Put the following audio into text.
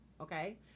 Okay